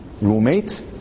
roommate